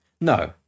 No